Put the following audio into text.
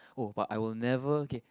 oh but I will never okay